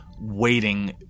waiting